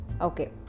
Okay